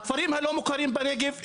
הכפרים הלא מוכרים בנגב,